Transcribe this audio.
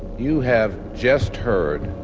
you have just heard.